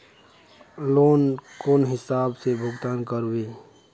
Loan कौन हिसाब से भुगतान करबे?